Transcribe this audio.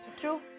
True